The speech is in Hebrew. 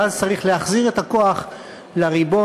ואז צריך להחזיר את הכוח לריבון,